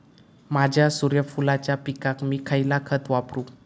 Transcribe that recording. माझ्या सूर्यफुलाच्या पिकाक मी खयला खत वापरू?